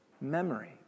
memory